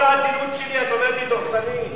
כל העדינות שלי, את אומרת לי "דורסני"?